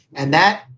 and that,